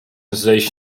zejść